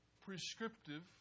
prescriptive